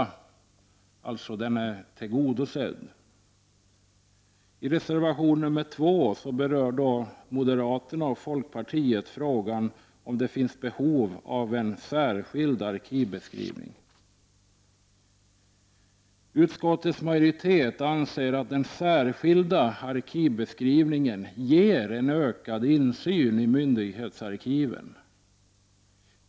Reservationen är alltså tillgodosedd. I reservation nr 2 berör moderaterna och folkpartiet frågan om det finns behov av en särskild arkivbeskrivning. Utskottets majoritet anser att den särskilda arkivbeskrivningen ger en ökad insyn i myndighetsarkiven.